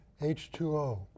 H2O